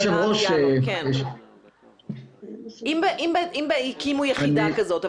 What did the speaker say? אם הקימו יחידה כזאת,